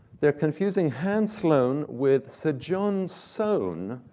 they're confusing hans sloane with sir john soane,